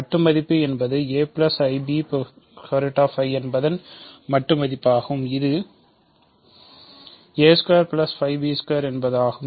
மட்டு மதிப்பு என்பது என்பதன் மட்டு மதிப்பாகும் இது என்பதாகும்